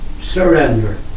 surrender